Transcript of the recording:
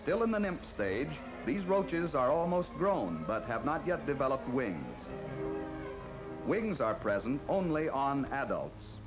still in the name stage these roaches are almost grown but have not yet developed wings wings are present only on adults